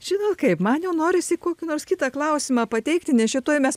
žinot kaip man jau norisi kokį nors kitą klausimą pateikti nes čia tuoj mes